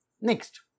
Next